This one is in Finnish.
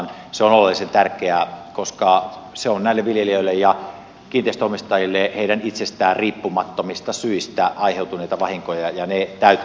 se on oleellisen tärkeää koska ne ovat näille viljelijöille ja kiinteistönomistajille heistä itsestään riippumattomista syistä aiheutuneita vahinkoja ja ne täytyy korvata